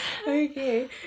Okay